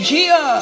Gia